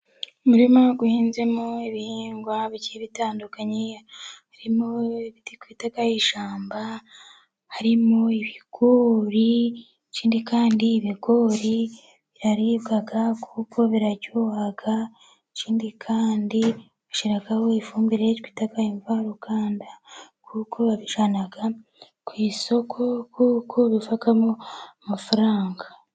Umurima uhinzemo ibihingwa bigiye bitandukanye, harimo ibiti twita ishyamba, harimo ibigori ikindi kandi ibigori biraribwa kuko biraryoha, ikindi kandi babishyiraho ifumbire twita imvaruganda, kuko babijyana ku isoko kuko bivamo amafaranga.